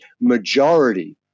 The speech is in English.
majority